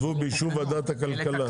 אבל כתבו "באישור ועדת הכלכלה".